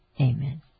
Amen